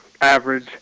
average